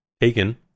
taken